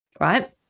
right